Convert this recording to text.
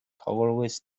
colorless